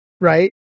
right